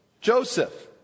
Joseph